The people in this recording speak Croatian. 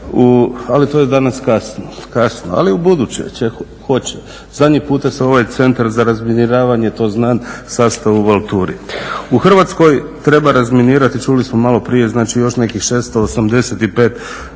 Ali to je danas kasno, ali ubuduće hoće. Zadnji puta se ovaj Centar za razminiravanje to znam sastao u Valturi. U Hrvatskoj treba razminirati, čuli smo maloprije, znači još nekih 685